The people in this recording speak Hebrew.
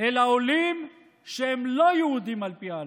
אלא עולים שאינם יהודים על פי ההלכה.